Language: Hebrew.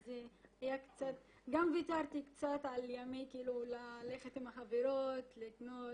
אז אולי גם ויתרתי קצת על ללכת עם החברות לקנות